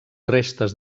restes